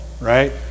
right